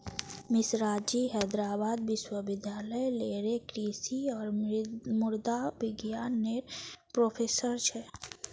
मिश्राजी हैदराबाद विश्वविद्यालय लेरे कृषि और मुद्रा विज्ञान नेर प्रोफ़ेसर छे